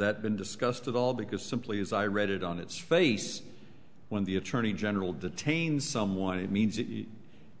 that been discussed at all because simply as i read it on its face when the attorney general detain someone it means it